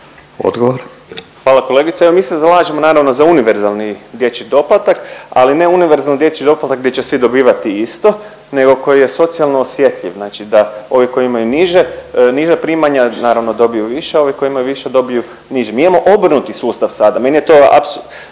Hvala kolegice, evo mi se zalažemo naravno za univerzalni dječji doplatak, ali ne univerzalni dječji doplatak gdje će svi dobivati isto nego koji je socijalno osjetljiv, znači da ovi koji imaju niže, niža primanja naravno dobiju više, a ovi koji imaju viša dobiju niže. Mi imamo obrnuti sustav sada, meni je to